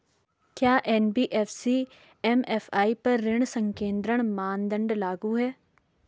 क्या NBFC MFI पर ऋण संकेन्द्रण मानदंड लागू हैं?